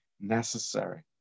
necessary